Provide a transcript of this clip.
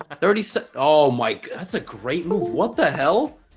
ah thirty six oh mike that's a great move what the hell